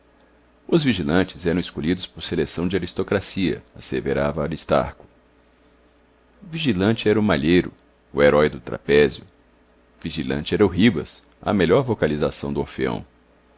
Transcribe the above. os vigilantes eram escolhidos por seleção de aristocracia asseverava aristarco vigilante era o malheiro o herói do trapézio vigilante era o ribas a melhor vocalização do orfeão